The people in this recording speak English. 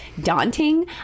daunting